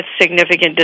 Significant